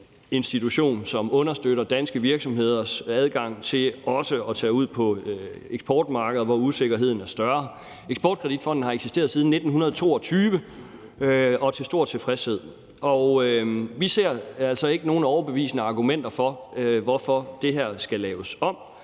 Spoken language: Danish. som understøtter danske virksomheders adgang til også at tage ud på eksportmarkeder, hvor usikkerheden er større. Eksportkreditfonden har eksisteret siden 1922 og til stor tilfredshed, og vi ser altså ikke nogen overbevisende argumenter for, hvorfor det her skal laves om.